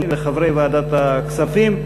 ולחברי ועדת הכספים,